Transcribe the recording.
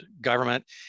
government